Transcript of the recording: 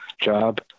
job